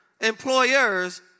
employers